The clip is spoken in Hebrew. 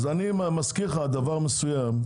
אני מזכיר לך דבר מסוים.